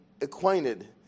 acquainted